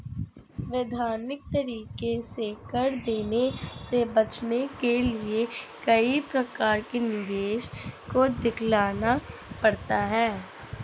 वैधानिक तरीके से कर देने से बचने के लिए कई प्रकार के निवेश को दिखलाना पड़ता है